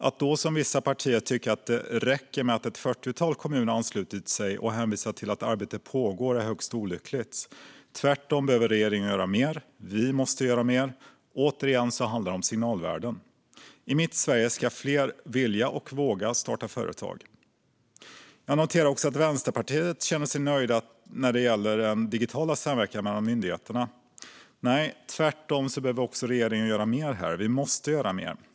Att då som vissa partier tycka att det räcker med att ett fyrtiotal kommuner anslutit sig och hänvisa till att arbete pågår är högst olyckligt. Tvärtom behöver regeringen göra mer. Vi måste göra mer. Återigen handlar det om signalvärden. I mitt Sverige ska fler vilja och våga starta företag. Jag noterar också att Vänsterpartiet känner sig nöjt när det gäller den digitala samverkan mellan myndigheterna. Nej, tvärtom behöver regeringen göra mer här. Vi måste göra mer.